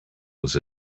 was